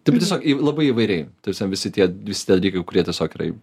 tai tiesiog į labai įvairiai ta prasme visi tie visi tie dalykai kurie tiesiog yrai